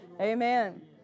amen